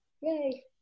Yay